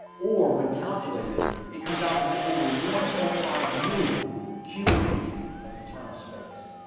or when calculated, it comes out to be over one point five million cubic feet of internal space.